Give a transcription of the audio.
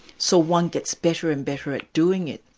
so one gets better and better at doing it.